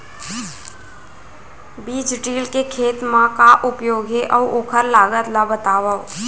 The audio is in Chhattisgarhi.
बीज ड्रिल के खेत मा का उपयोग हे, अऊ ओखर लागत ला बतावव?